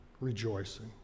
rejoicing